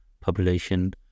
population